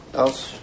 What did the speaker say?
else